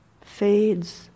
fades